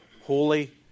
holy